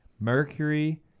mercury